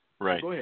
Right